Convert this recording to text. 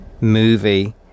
movie